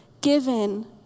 given